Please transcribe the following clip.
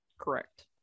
Correct